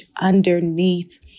underneath